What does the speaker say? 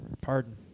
Pardon